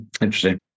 Interesting